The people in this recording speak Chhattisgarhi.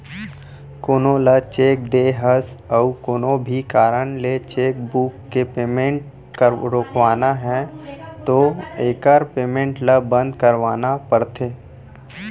कोनो ल चेक दे हस अउ कोनो भी कारन ले चेकबूक के पेमेंट रोकवाना है तो एकर पेमेंट ल बंद करवाना परथे